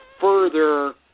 further